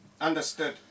Understood